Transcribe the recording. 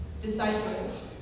disciples